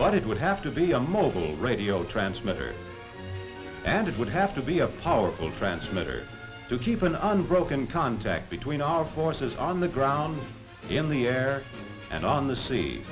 but it would have to be a mobile radio transmitter and it would have to be a powerful transmitter to keep an eye on broken contact between our forces on the ground in the air and on the se